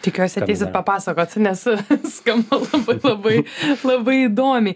tikiuosi ateisit papasakot nes skamba labai labai labai įdomiai